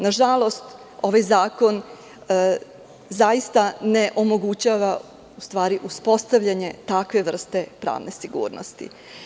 Nažalost, ovaj zakon zaista ne omogućava uspostavljanje takve vrste pravne sigurnosti.